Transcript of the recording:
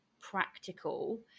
practical